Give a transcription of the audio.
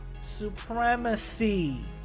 supremacy